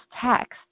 text